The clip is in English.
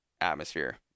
atmosphere